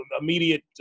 immediate